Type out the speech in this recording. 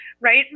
right